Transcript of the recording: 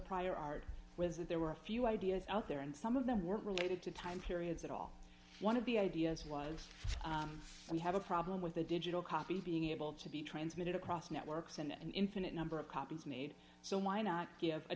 prior art was that there were a few ideas out there and some of them weren't related to time periods at all one of the ideas was we have a problem with the digital copy being able to be transmitted across networks in an infinite number of copies made so why not give a